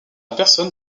personne